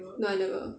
no I never